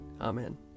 Amen